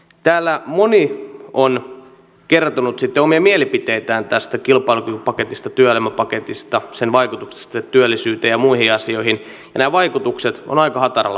täällä moni on kertonut sitten omia mielipiteitään tästä kilpailukykypaketista työelämäpaketista sen vaikutuksista työllisyyteen ja muihin asioihin ja nämä vaikutukset ovat aika hataralla pohjalla